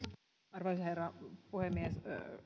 arvoisa herra puhemies